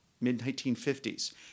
mid-1950s